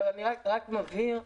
אני מבהיר,